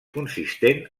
consistent